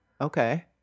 Okay